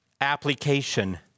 application